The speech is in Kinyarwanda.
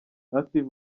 active